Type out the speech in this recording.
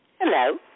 Hello